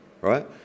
right